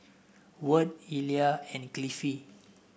Wirt Illya and Cliffie